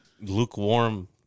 Lukewarm